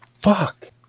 fuck